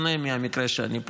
זה דווקא שונה מהמקרה שאני,